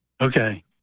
Okay